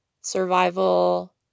survival